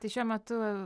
tai šiuo metu